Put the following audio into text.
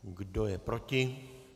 Kdo je proti?